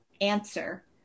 answer